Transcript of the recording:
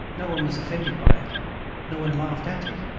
no one was offended by it no one laughed at it.